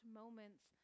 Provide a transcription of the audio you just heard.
moments